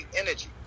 energy